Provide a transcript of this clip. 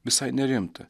visai nerimta